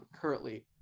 currently